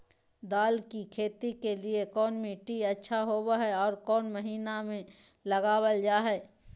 दाल की खेती के लिए कौन मिट्टी अच्छा होबो हाय और कौन महीना में लगाबल जा हाय?